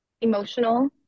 emotional